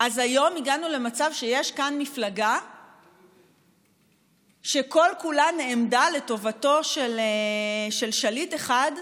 אז היום הגענו למצב שיש כאן מפלגה שכל-כולה נעמדה לטובתו של שליט אחד,